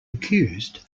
accused